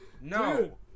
No